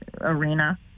arena